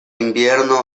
invierno